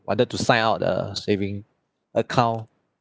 wanted to sign up the saving account